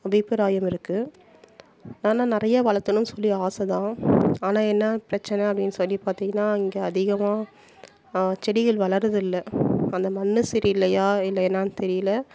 அபிப்பிராயம் இருக்குது ஆனால் நிறையா வளர்த்தணும் சொல்லி ஆசை தான் ஆனால் என்ன பிரச்சனை அப்படின் சொல்லி பார்த்திங்கனா இங்கே அதிகமாக செடிகள் வளரது இல்லை அந்த மண்ணு சரி இல்லையா இல்லை என்னென்னு தெரியல